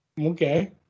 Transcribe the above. Okay